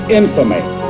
infamy